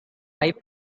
five